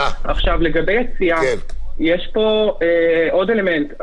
יש פה עוד אלמנט.